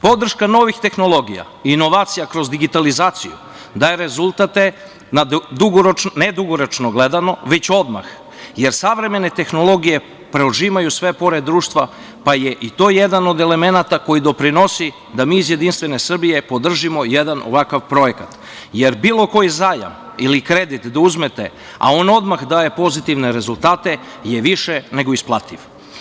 Podrška novih tehnologija, inovacija kroz digitalizaciju daje rezultate, na ne dugoročno gledano, već odmah jer savremene tehnologije prožimaju sve pore društva, pa je i to jedan od elemenata koji doprinosi da mi iz Jedinstvene Srbije podržimo jedan ovakav projekat, jer bilo koji zajam ili kredit da uzmete, a on odmah daje pozitivne rezultate je više nego isplativ.